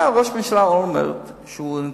היה ראש ממשלה אולמרט שנתן